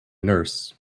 nurse